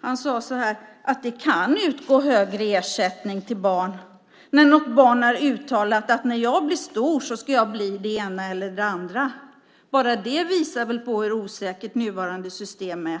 Han sade: Det kan utgå högre ersättning till barn när något barn har uttalat att när jag blir stor så ska jag bli det ena eller det andra. Bara det visar väl hur osäkert nuvarande system är.